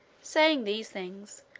saying these things,